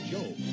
Joe